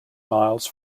miles